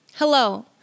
Hello